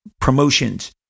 promotions